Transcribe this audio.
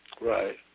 Right